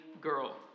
girl